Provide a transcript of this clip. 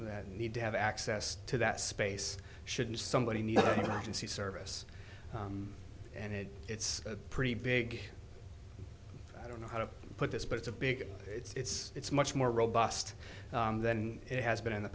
that need to have access to that space shouldn't somebody need to see service and if it's a pretty big i don't know how to put this but it's a big it's it's much more robust than it has been in the